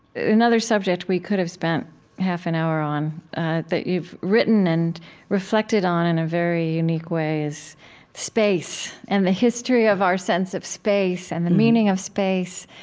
another subject we could have spent half an hour on that you've written and reflected on in a very unique way is space, and the history of our sense of space, and the meaning of space,